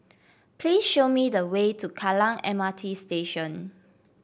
please show me the way to Kallang M R T Station